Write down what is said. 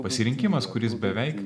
pasirinkimas kuris beveik